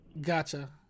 Gotcha